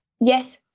Yes